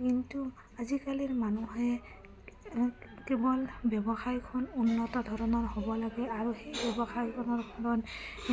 কিন্তু আজিকালিৰ মানুহে কেৱল ব্যৱসায়খন উন্নত ধৰণৰ হ'ব লাগে আৰু সেই ব্যৱসায়খনৰ